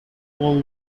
all